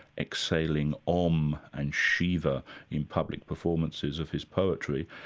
exhaling ohm and shiva in public performances of his poetry,